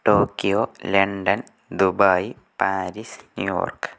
Tokyo London Dubai Paris New York